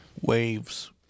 Waves